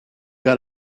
got